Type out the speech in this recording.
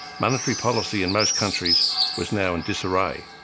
monetary policy in most countries was now in disarray,